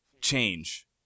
change